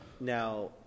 Now